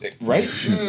right